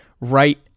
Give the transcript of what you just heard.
right